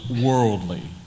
worldly